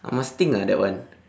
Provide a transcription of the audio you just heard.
I must think ah that one